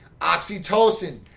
Oxytocin